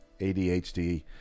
ADHD